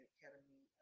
Academy